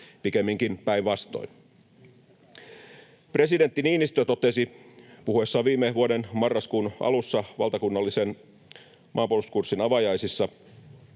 pikemminkin päinvastoin. Presidentti Niinistö totesi puhuessaan viime vuoden marraskuun alussa valtakunnallisen maanpuolustuskurssin avajaisissa,